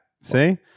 see